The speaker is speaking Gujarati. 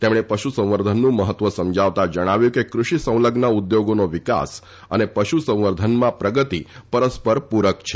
તેમણે પશુસંવર્ધનનું મહત્વ સમજાવતા જણાવ્યું હતું કે કૃષિ સંલઝ્ન ઉદ્યોગોનો વિકાસ અને પશુસંવર્ધનમાં પ્રગતિ પરસ્પર પૂરક છે